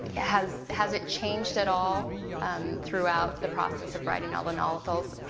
has has it changed at all um throughout the process of writing all the novels?